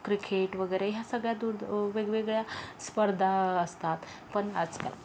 cricket वगैरे ह्या सगळ्या दूर वेगवेगळ्या स्पर्धा असतात पण आजकाल